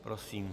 Prosím.